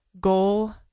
goal